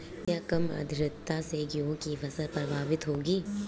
क्या कम आर्द्रता से गेहूँ की फसल प्रभावित होगी?